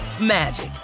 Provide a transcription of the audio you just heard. magic